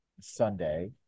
Sunday